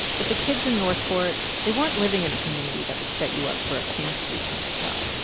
but the kids in north port, they weren't living in a community that would set you up for a pantsuit kind of job.